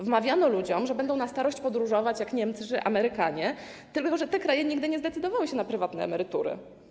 Wmawiano ludziom, że będą na starość podróżować jak Niemcy czy Amerykanie, tylko że te kraje nigdy nie zdecydowały się na prywatne emerytury.